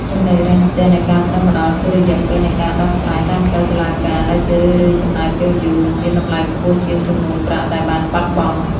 ចំណុចរាំងស្ទះនៃការប្ដឹងផ្ដល់គឺ "រយៈពេលនៃការដោះស្រាយតាមផ្លូវតុលាការ" ដែលជារឿយៗចំណាយពេលយូរ និងមានតម្លៃខ្ពស់ជាងចំនួនប្រាក់ដែលបានបាត់បង់។